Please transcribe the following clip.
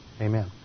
amen